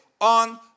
on